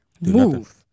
move